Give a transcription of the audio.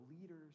leaders